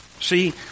See